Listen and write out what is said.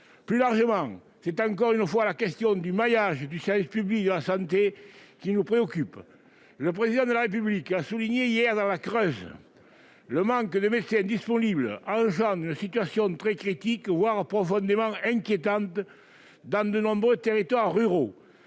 Plus largement, c'est encore une fois la question du maillage du service public de la santé qui nous préoccupe. Le Président de la République l'a souligné hier dans la Creuse : le manque de médecins disponibles engendre une situation très critique, voire profondément inquiétante dans de nombreux territoires ruraux.